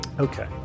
Okay